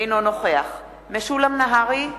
אינו נוכח משולם נהרי,